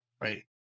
right